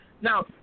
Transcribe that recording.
Now